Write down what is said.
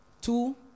Two